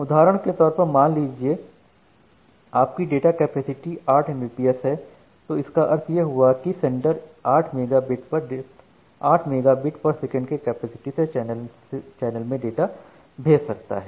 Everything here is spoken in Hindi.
उदाहरण के तौर पर मान लीजिए आपकी डाटा कैपेसिटी 8 एमबीपीएस है इसका अर्थ यह हुआ कि sender 8 megabit per second के कैपेसिटी से चैनल में डाटा भेज सकता है